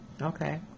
Okay